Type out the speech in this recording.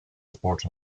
sport